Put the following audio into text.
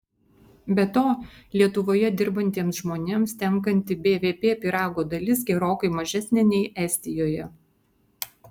be to lietuvoje dirbantiems žmonėms tenkanti bvp pyrago dalis gerokai mažesnė nei estijoje